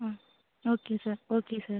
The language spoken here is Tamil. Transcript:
ம் ஓகே சார் ஓகே சார்